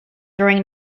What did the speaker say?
throwing